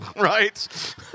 right